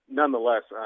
nonetheless